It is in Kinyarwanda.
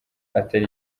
atari